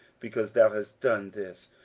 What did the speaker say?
because thou hast done this,